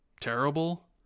terrible